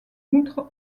outre